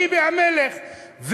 ביבי המלך,